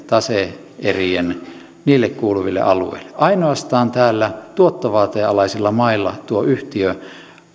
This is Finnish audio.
tase erille kuuluville alueille ainoastaan tuottovaateen alaisilla mailla tuo yhtiö